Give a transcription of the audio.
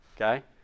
okay